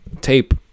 tape